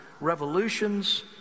revolutions